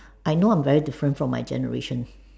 I know I'm very different from my generation